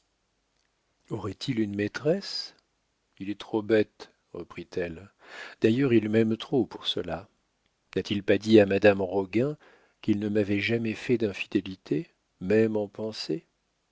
aurait-il une maîtresse il est trop bête reprit-elle d'ailleurs il m'aime trop pour cela n'a-t-il pas dit à madame roguin qu'il ne m'avait jamais fait